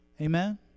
Amen